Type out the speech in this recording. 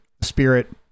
spirit